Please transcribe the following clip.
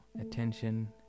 attention